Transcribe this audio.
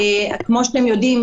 כמו שאתם יודעים,